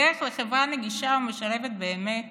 הדרך לחברה נגישה ומשלבת באמת